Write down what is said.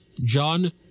John